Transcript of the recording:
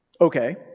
Okay